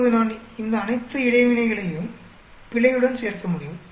இப்போது நான் இந்த அனைத்து இடைவினைகளையும் பிழையுடன் சேர்க்க முடியும்